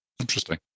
Interesting